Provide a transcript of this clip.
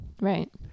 right